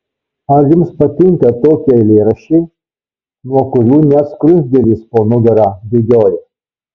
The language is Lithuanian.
ar jums patinka tokie eilėraščiai nuo kurių net skruzdėlės po nugarą bėgioja